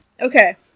Okay